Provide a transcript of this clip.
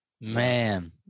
Man